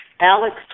Alex